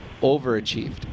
overachieved